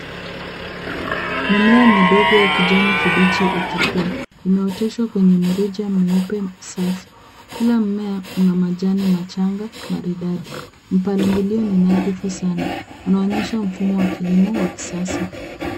Mimea midogo ya kijani kibichi ikikua imeoteshwa kwenye mirija myeupe safi , kila mmea una majani machanga maridadi, mpangilio ni nadhifu sana unaonyesha mfumo wa kilimo wa kisasa.